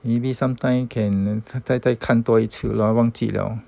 maybe sometime can 再看多一次咯忘记 liao